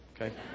okay